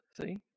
see